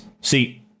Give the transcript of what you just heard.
See